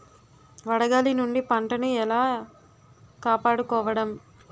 వడగాలి నుండి పంటను ఏలా కాపాడుకోవడం?